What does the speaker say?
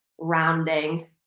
rounding